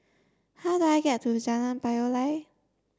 how do I get to Jalan Payoh Lai